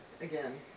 Again